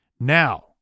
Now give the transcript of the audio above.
Now